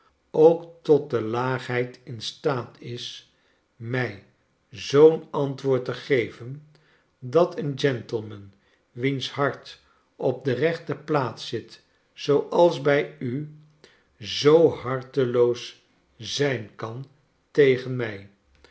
ook tot de laagheid in staat is mij zoo'n antwoord te geven dat een gentleman wiens hart op de rechte plaats zit zooals bij u zoo harteloos zijn kan tegen mij